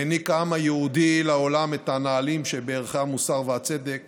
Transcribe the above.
העניק העם היהודי לעולם את הנעלים שבערכי המוסר והצדק